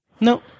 No